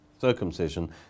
circumcision